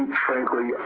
frankly,